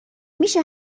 میشه